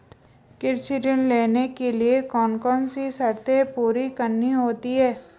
कृषि ऋण लेने के लिए कौन कौन सी शर्तें पूरी करनी होती हैं?